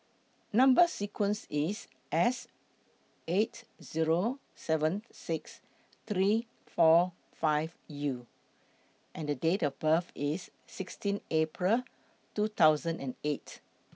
Number sequence IS S eight Zero seven six three four five U and The Date of birth IS sixteen April two thousand and eight